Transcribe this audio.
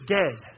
dead